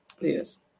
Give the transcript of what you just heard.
Yes